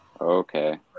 Okay